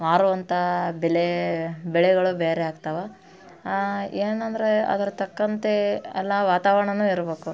ಮಾರುವಂಥ ಬೆಲೆ ಬೆಳೆಗಳು ಬೇರೆ ಆಗ್ತವೆ ಏನಂದರೆ ಅದರ ತಕ್ಕಂತೆ ಎಲ್ಲ ವಾತಾವರ್ಣವೂ ಇರಬೇಕು